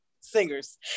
singers